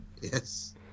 Yes